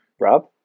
Rob